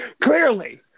clearly